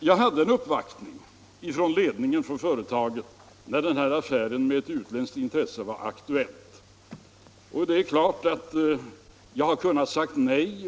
: Jag hade en uppvaktning från ledningen för företaget när den här affären med en utländsk intressent var aktuell. Det är klart att jag hade kunnat säga nej.